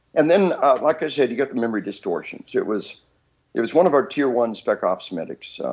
and then like i said you got the memory distortion so it was it was one of our tier one spec ops medics